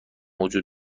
وجود